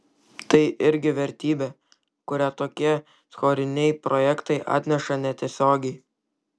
tai irgi vertybė kurią tokie choriniai projektai atneša netiesiogiai